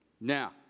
Now